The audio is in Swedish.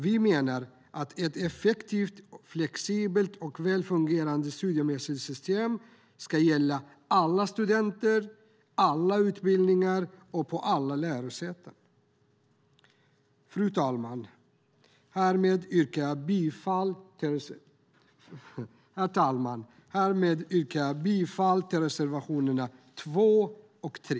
Vi menar att ett effektivt, flexibelt och välfungerande studiemedelssystem ska gälla alla studenter, på alla utbildningar och på alla lärosäten. Herr talman! Härmed yrkar jag bifall till reservationerna 2 och 3.